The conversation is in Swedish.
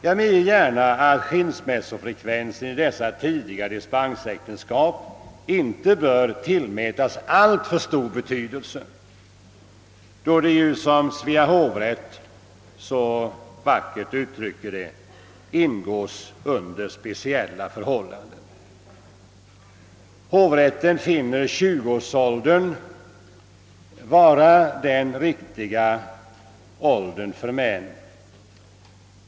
Jag medger gärna att skilsmässofrekvensen i dessa tidiga dispensäktenskap inte bör tillmätas alltför stor betydelse, då de, som Svea hovrätt så vackert uttrycker det, ingås under speciella förhållanden. Hovrätten finner 20-årsåldern vara den riktiga åldern för män.